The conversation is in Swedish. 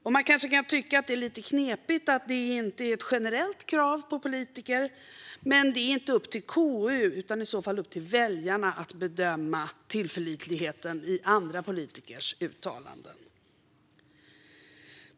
Man kan kanske tycka att det är lite knepigt att det inte är ett generellt krav på politiker, men det är inte upp till KU utan i så fall upp till väljarna att bedöma tillförlitligheten i andra politikers uttalanden.